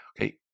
okay